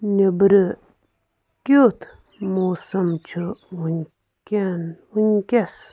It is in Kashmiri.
نؠبرٕ کٮُ۪تھ موسم چھُ وُنکؠن وُنکَیس